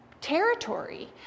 territory